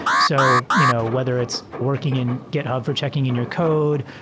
so you know whether it's working in github for checking in your code,